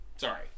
Sorry